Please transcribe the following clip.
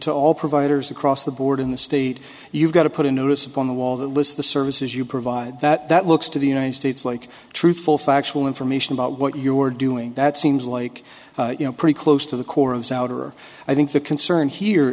the all providers across the board in the state you've got to put a notice on the wall that lists the services you provide that looks to the united states like truthful factual information about what you are doing that seems like you know pretty close to the core of souter i think the concern here